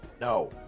No